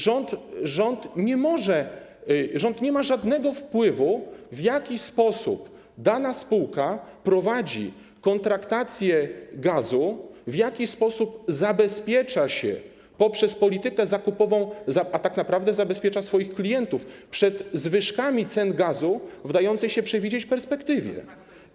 Rząd nie ma żadnego wpływu na to, w jaki sposób dana spółka prowadzi kontraktację gazu, w jaki sposób zabezpiecza się poprzez politykę zakupową, a tak naprawdę zabezpiecza swoich klientów przed zwyżkami cen gazu w dającej się przewidzieć perspektywie.